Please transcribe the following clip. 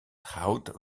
goud